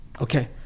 Okay